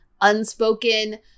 unspoken